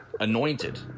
anointed